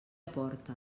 porta